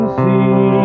see